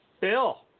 Bill